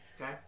Okay